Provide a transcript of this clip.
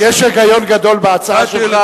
יש היגיון גדול בהצעה שלך,